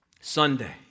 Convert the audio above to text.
Sunday